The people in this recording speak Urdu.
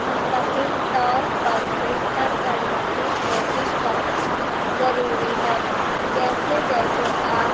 مستقل طور پر بہتر کرنے کی کوشش کرنا ضروری ہے جیسے جیسے آپ